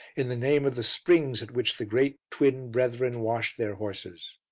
in the name of the springs at which the great twin brethren washed their horses.